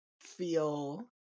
feel